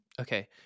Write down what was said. okay